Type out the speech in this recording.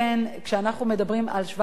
כשאנחנו מדברים על 17,000 מיטות,